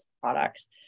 products